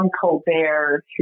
Colbert